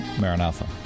Maranatha